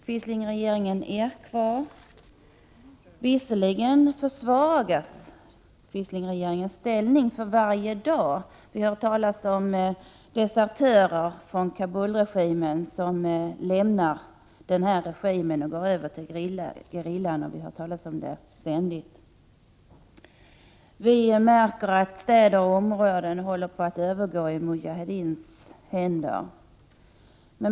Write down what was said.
Quislingregeringen är kvar, även om dess ställning försvagas för varje dag. Det talas ständigt om att desertörer från Kabulregimen går över till gerillan. Städer och områden håller på att övergå i Mujahedins händer.